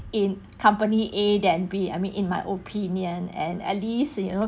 in company A than B I mean in my opinion and at least you know